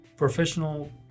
professional